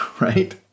right